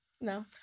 No